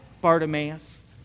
Bartimaeus